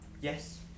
yes